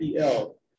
PL